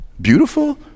Beautiful